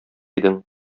идең